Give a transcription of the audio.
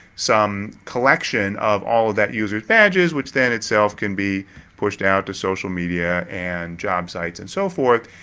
some collection of all that user badges which then itself can be pushed out to social media and job sites and so forth.